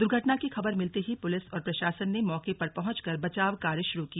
दुर्घटना की खबर मिलते ही पुलिस और प्रशासन ने मौके पर पहुंचकर बचाव कार्य शुरू किया